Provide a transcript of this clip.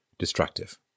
destructive